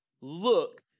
Look